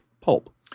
pulp